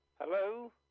Hello